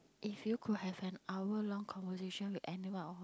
if you could have an hour long conversation with anyone